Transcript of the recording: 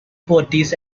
parties